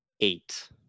eight